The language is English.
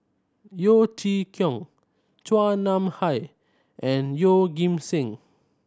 Yeo Chee Kiong Chua Nam Hai and Yeoh Ghim Seng